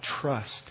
trust